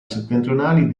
settentrionali